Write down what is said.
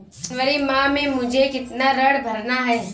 जनवरी माह में मुझे कितना ऋण भरना है?